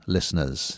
Listeners